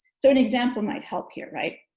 so an example might help here right?